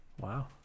Wow